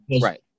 Right